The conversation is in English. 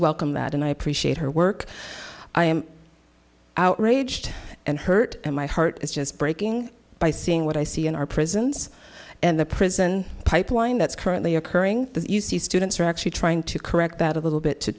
welcome that and i appreciate her work i am outraged and hurt and my heart is just breaking by seeing what i see in our prisons and the prison pipeline that's currently occurring you see students are actually trying to correct that a little bit to